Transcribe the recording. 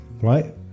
right